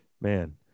Man